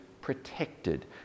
protected